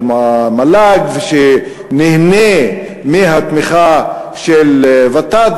של המל"ג ושנהנה מהתמיכה של הוות"ת,